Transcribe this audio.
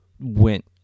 went